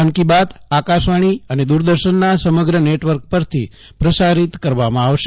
મન કી બાત આકાશવાણીના અને દૂરદર્શનના સમગ્ર નેટવર્ક પરથી પ્રસારિત કરવામાં આવશે